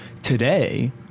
Today